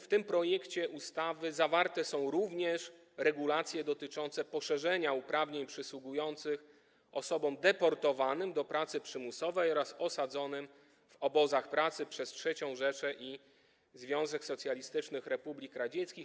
W tym projekcie ustawy zawarte są także regulacje dotyczące poszerzenia uprawnień przysługujących osobom deportowanym do pracy przymusowej oraz osadzonym w obozach pracy przez III Rzeszę i Związek Socjalistycznych Republik Radzieckich.